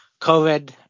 COVID